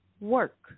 work